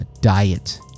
diet